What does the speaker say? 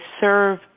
serve